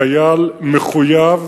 חייל מחויב,